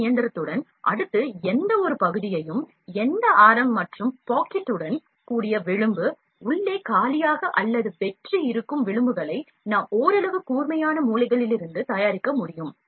இந்த இயந்திரத்துடன் அடுத்து எந்தவொரு பகுதியையும் எந்த ஆரம் மற்றும் பாக்கெட்டுடன் கூடிய விளிம்பு உள்ளே காலியாக அல்லது வெற்று இருக்கும் விளிம்புகளை நாம் ஓரளவு கூர்மையான மூலைகளிலிருந்து தயாரிக்க முடியும்